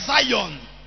zion